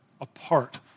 apart